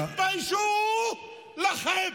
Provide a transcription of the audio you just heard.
תתביישו לכם.